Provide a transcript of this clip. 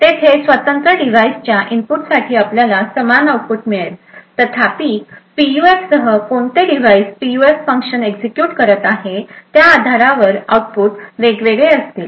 तेथे स्वतंत्र डिव्हाइसच्या इनपुटसाठी आपल्याला समान आउटपुट मिळेल तथापि पीयूएफ सह कोणते डिव्हाइस पीयूएफ फंक्शन एक्झिक्युट करत आहे त्या आधारावर आउटपुट वेगवेगळे असेल